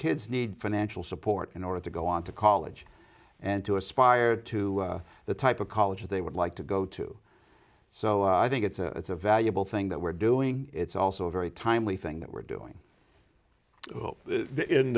kids need financial support in order to go on to college and to aspire to the type of college they would like to go to so i think it's a it's a valuable thing that we're doing it's also a very timely thing that we're doing